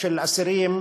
של אסירים,